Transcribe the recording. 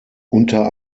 unter